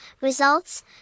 results